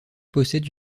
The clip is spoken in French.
possède